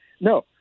No